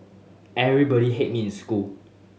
everybody hate me in school